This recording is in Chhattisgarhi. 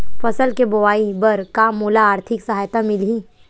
फसल के बोआई बर का मोला आर्थिक सहायता मिलही?